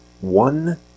One